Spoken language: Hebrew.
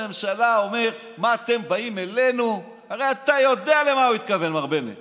הממשלה, לקחתם סמכויות מהוועדה ובאים בטענה